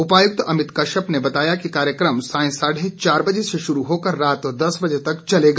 उपायुक्त अमित कश्यप ने बताया कि कार्यक्रम सांय साढ़े चार बजे से शुरू होकर रात दस बजे तक चलेगा